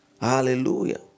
Hallelujah